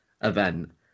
event